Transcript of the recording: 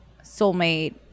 soulmate